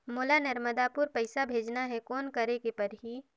मोला नर्मदापुर पइसा भेजना हैं, कौन करेके परही?